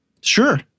Sure